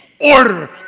order